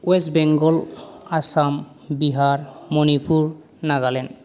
west Bengal Assam Bihar Manipur Nagaland